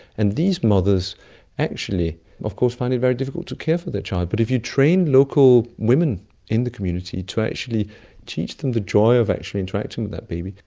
and these mothers actually of course find it very difficult to care for their child. but if you train local women in the community to actually teach them the joy of actually interacting with that baby,